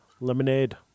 Lemonade